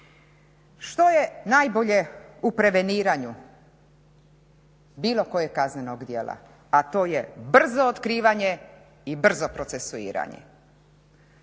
Što je najbolje u preveniranju bilo kojeg kaznenog djela? A to je brzo otkrivanje i brzo procesuiranje.